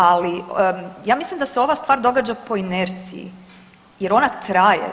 Ali ja mislim da se ova stvar događa po inerciji jer ona traje.